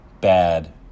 bad